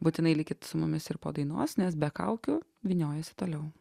būtinai likit su mumis ir po dainos nes be kaukių vyniojasi toliau